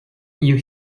you